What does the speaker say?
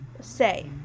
say